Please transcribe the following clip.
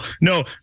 no